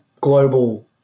global